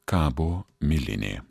kabo milinė